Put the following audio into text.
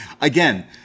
again